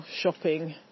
shopping